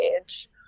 age